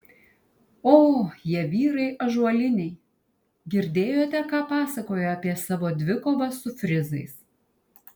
o jie vyrai ąžuoliniai girdėjote ką pasakojo apie savo dvikovą su frizais